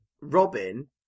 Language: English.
Robin